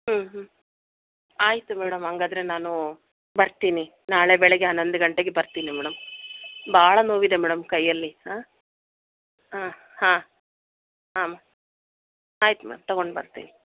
ಹ್ಞೂ ಹ್ಞೂ ಆಯಿತು ಮೇಡಮ್ ಹಾಗಾದ್ರೆ ನಾನು ಬರ್ತಿನಿ ನಾಳೆ ಬೆಳಿಗ್ಗೆ ಹನ್ನೊಂದು ಗಂಟೆಗೆ ಬರ್ತೀನಿ ಮೇಡಮ್ ಭಾಳಾ ನೋವಿದೆ ಮೇಡಮ್ ಕೈಯಲ್ಲಿ ಹಾಂ ಹಾಂ ಹಾಂ ಹಾಂ ಆಯಿತು ಮೇಡಮ್ ತಗೊಂಡು ಬರ್ತೀನಿ